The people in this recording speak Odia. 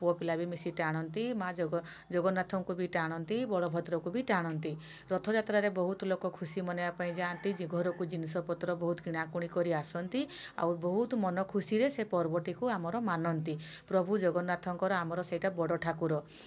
ପୁଅପିଲା ବି ମିଶି ଟାଣନ୍ତି ମା' ଜଗ ଜଗନ୍ନାଥଙ୍କୁ ବି ଟାଣନ୍ତି ବଲଭଦ୍ରକୁ ବି ଟାଣନ୍ତି ରଥଯାତ୍ରାରେ ବହୁତ ଲୋକ ଖୁସି ମନେଇବାପାଇଁ ଯାଆନ୍ତି ଘରକୁ ଜିନିଷପତ୍ର ବହୁତ କିଣାକିଣି କରି ଆସନ୍ତି ଆଉ ବହୁତ ମନ ଖୁସିରେ ସେ ପର୍ବଟିକୁ ଆମର ମାନନ୍ତି ପ୍ରଭୁ ଜଗନ୍ନାଥଙ୍କର ଆମର ସେଇଟା ବଡ଼ ଠାକୁର